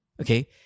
Okay